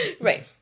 right